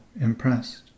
impressed